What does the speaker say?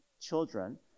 children